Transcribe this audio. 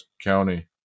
county